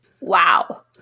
Wow